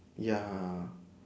ya